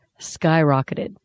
skyrocketed